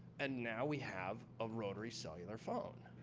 and now, we have a rotary cellular phone,